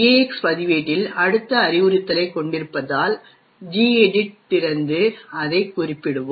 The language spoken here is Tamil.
EAX பதிவேட்டில் அடுத்த அறிவுறுத்தலைக் கொண்டிருப்பதால் Gedit திறந்து அதைக் குறிப்பிடுவோம்